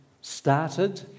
started